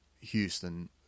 Houston